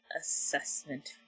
assessment